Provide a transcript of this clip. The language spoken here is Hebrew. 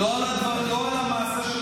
תודה רבה.